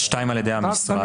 שתיים על ידי המשרד,